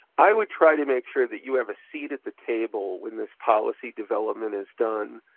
i would try to make sure that you have a seat at the table when this policy development is done.